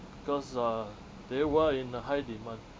because uh they were in a high demand